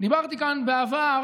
דיברתי כאן בעבר